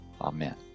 Amen